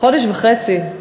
חודש וחצי,